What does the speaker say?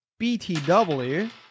BTW